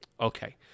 Okay